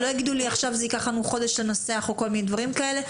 שלא יגידו שייקח להם חודש לנסח או כל מיני דברים כאלה.